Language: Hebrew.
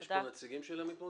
יש פה נציגים של המתמודדים?